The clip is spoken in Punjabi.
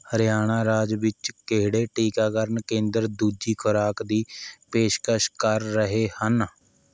ਹਰਿਆਣਾ ਰਾਜ ਵਿੱਚ ਕਿਹੜੇ ਟੀਕਾਕਰਨ ਕੇਂਦਰ ਦੂਜੀ ਖੁਰਾਕ ਦੀ ਪੇਸ਼ਕਸ਼ ਕਰ ਰਹੇ ਹਨ